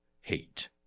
hate